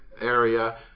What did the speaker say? area